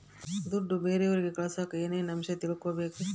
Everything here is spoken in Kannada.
ದುಡ್ಡು ಬೇರೆಯವರಿಗೆ ಕಳಸಾಕ ಏನೇನು ಅಂಶ ತಿಳಕಬೇಕು?